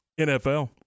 NFL